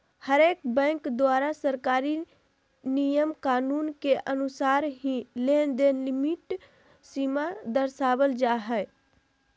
हरेक बैंक द्वारा सरकारी नियम कानून के अनुसार ही लेनदेन लिमिट सीमा दरसावल जा हय